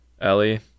ellie